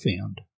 found